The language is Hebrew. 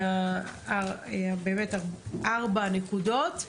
ארבע הנקודות,